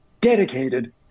Dedicated